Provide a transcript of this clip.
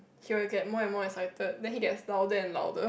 he will get more and more excited then he gets louder and louder